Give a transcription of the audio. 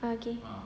ah okay